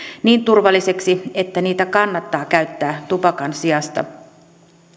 niin turvallisiksi että niitä kannattaa käyttää tupakan sijasta